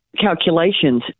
calculations